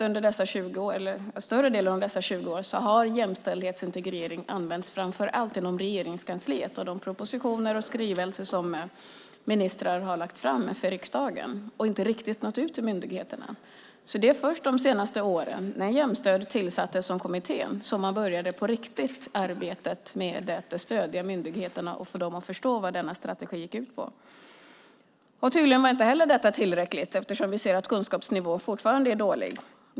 Under större delen av dessa 20 år har jämställdhetsintegrering använts framför allt inom Regeringskansliet och för de propositioner och skrivelser som regeringen har lagt fram för riksdagen och inte riktigt nått ut till myndigheterna. Det är först de senaste åren när kommittén Jämstöd tillsattes som man började arbetet på riktigt med att stödja myndigheterna och få dem att förstå vad denna strategi gick ut på. Tydligen var inte heller detta tillräckligt eftersom vi ser att kunskapsnivån fortfarande är dålig.